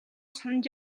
санаж